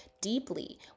deeply